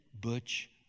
Butch